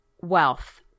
wealth